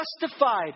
justified